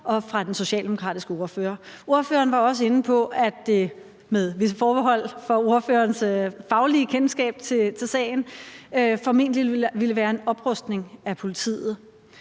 og fra den socialdemokratiske ordfører. Ordføreren var også inde på, at det – med forbehold for ordførerens faglige kendskab til sagen – formentlig ville være en oprustning af politiet.